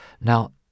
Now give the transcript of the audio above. Now